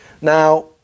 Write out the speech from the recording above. Now